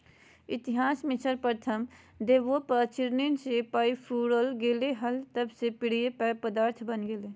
इतिहास में सर्वप्रथम डचव्यापारीचीन से चाययूरोपले गेले हल तब से प्रिय पेय पदार्थ बन गेलय